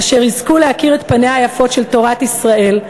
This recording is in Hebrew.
אשר יזכו להכיר את פניה היפות של תורת ישראל,